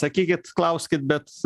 sakykit klauskit bet